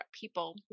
people